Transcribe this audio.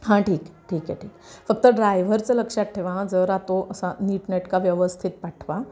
हां ठीक आहे ठीक आहे ठीक आहे फक्त ड्रायव्हरचं लक्षात ठेवा हां जरा तो असा नीटनेटका व्यवस्थित पाठवा